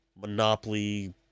Monopoly